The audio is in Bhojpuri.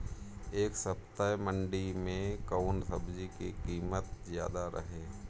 एह सप्ताह मंडी में कउन सब्जी के कीमत ज्यादा रहे?